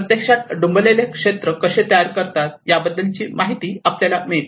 प्रत्यक्षात डुंबलेले क्षेत्र कसे तयार करतात याबद्दल आपल्याला माहिती मिळते